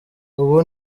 ubu